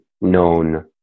known